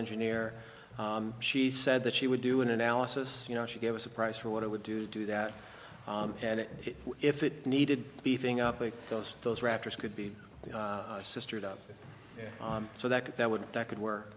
engineer she said that she would do an analysis you know she gave us a price for what it would do to do that and if it needed beefing up like those those rafters could be sisters up so that that would that could work